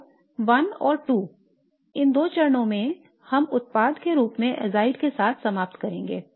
तो 1 और 2 इन 2 चरणों में हम उत्पाद के रूप में azide के साथ समाप्त करेंगे